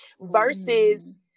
versus